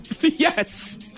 Yes